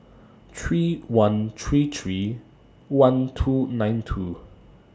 three one three three one two nine two